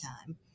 time